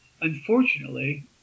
Unfortunately